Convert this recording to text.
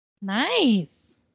Nice